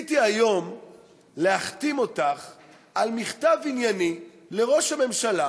ניסיתי היום להחתים אותך על מכתב ענייני לראש הממשלה,